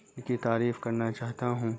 ان کی تعریف کرنا چاہتا ہوں